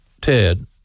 Ted